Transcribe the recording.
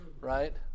right